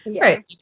Right